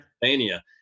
Pennsylvania